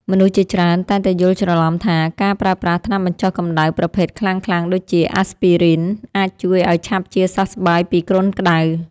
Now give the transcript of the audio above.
មនុស្សជាច្រើនតែងតែយល់ច្រឡំថា ការប្រើប្រាស់ថ្នាំបញ្ចុះកម្ដៅប្រភេទខ្លាំងៗដូចជា អាស្ពីរីន ( Aspirin ) អាចជួយឱ្យឆាប់ជាសះស្បើយពីគ្រុនក្តៅ។